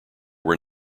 were